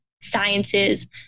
sciences